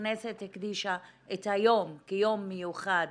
הכנסת הקדישה את היום כיום מיוחד